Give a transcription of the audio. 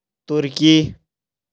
turkey